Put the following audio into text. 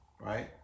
right